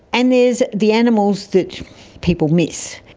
and there's the animals that people miss.